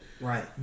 Right